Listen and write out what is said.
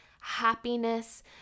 happiness